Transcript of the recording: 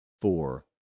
four